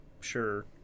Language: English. sure